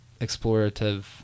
explorative